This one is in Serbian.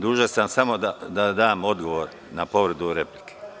Dužan sam samo da dam odgovor na povredu replike.